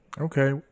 Okay